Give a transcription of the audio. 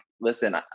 listen